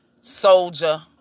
soldier